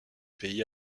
pays